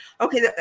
okay